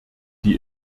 die